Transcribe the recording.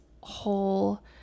whole